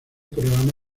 programa